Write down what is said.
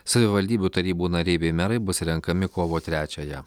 savivaldybių tarybų nariai bei merai bus renkami kovo trečiąją